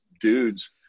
dudes